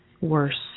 worse